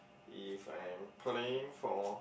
if I'm playing for